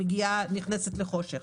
נכנסת לחושך,